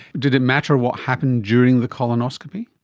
did it matter what happened during the colonoscopy?